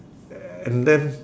and then